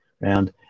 round